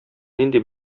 нинди